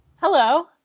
Hello